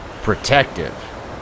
protective